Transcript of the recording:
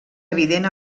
evident